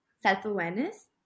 self-awareness